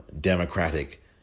Democratic